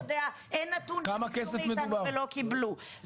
האוצר יודע, אין נתון שביקשו מאיתנו ולא קיבלו.